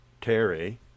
Terry